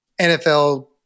NFL